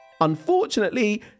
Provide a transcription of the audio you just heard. Unfortunately